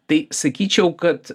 tai sakyčiau kad